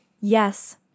Yes